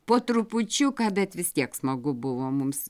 po trupučiuką bet vis tiek smagu buvo mums